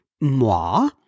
moi